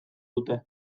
dute